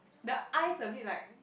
the eyes a bit like